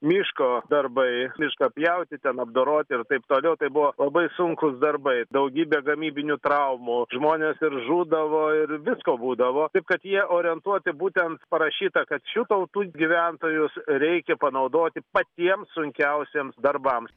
miško darbai mišką pjauti ten apdoroti ir taip toliau tai buvo labai sunkūs darbai daugybė gamybinių traumų žmonės ir žūdavo ir visko būdavo taip kad jie orientuoti būtent parašyta kad šių tautų gyventojus reikia panaudoti patiems sunkiausiems darbams